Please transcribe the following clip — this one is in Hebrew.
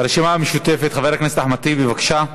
הרשימה המשותפת, חבר הכנסת אחמד טיבי, בבקשה.